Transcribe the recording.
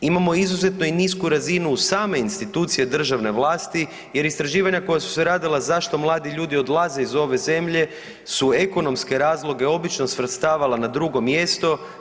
Imamo izuzetno i nisku razinu u same institucije državne vlasti jer istraživanja koja su se radila zašto mladi ljudi odlaze iz ove zemlje su ekonomske razloge obično svrstavala na drugo mjesto.